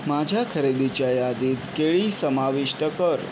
माझ्या खरेदीच्या यादीत केळी समाविष्ट कर